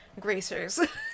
gracers